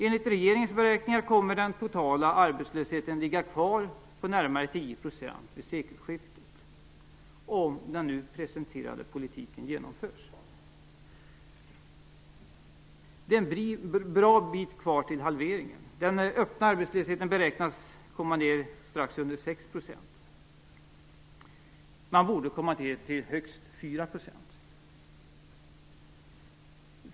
Enligt regeringens beräkningar kommer den totala arbetslösheten att ligga kvar på närmare 10 % vid sekelskiftet om den nu presenterade politiken genomförs. Det innebär att det är en bra bit kvar till en halvering av arbetslösheten. Den öppna arbetslösheten beräknas komma ned till strax under 6 %. Man borde komma ned till högst 4 %.